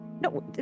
No